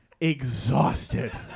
exhausted